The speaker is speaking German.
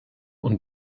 und